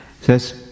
says